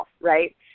right